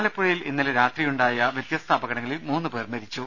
ആലപ്പുഴയിൽ ഇന്നലെ രാത്രിയുണ്ടായ വൃതൃസ്ത അപകടങ്ങളിൽ മൂന്നു പേർ മരിച്ചു